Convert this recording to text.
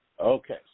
Okay